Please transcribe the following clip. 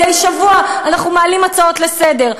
מדי שבוע אנחנו מעלים הצעות לסדר,